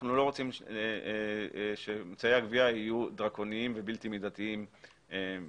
אנחנו לא רוצים שאמצעי הגבייה יהיו דרקוניים ובלתי מידתיים מדי,